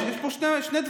יש פה שני דברים.